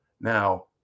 Now